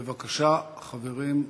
בבקשה, חברים,